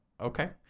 okay